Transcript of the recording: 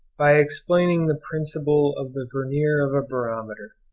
by explaining the principle of the vernier of a barometer